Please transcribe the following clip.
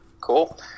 Cool